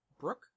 Brooke